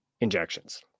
injections